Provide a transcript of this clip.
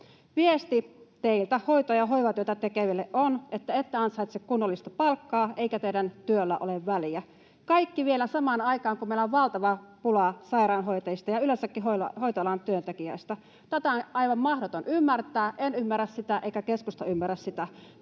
Viesti teiltä hoito‑ ja hoivatyötä tekeville on, että ette ansaitse kunnollista palkkaa eikä teidän työllänne ole väliä. Kaikki vielä samaan aikaan, kun meillä on valtava pula sairaanhoitajista ja yleensäkin hoitoalan työntekijöistä. Tätä on aivan mahdoton ymmärtää. En ymmärrä sitä, eikä keskusta ymmärrä sitä.